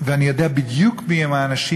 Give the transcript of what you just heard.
ואני יודע בדיוק מי האנשים,